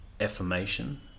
affirmation